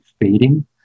fading